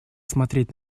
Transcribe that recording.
смотреть